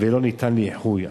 שלא ניתן לאיחוי.